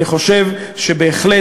אני חושב שבהחלט